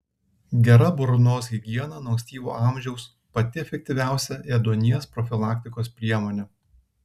gera burnos higiena nuo ankstyvo amžiaus pati efektyviausia ėduonies profilaktikos priemonė